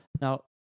Now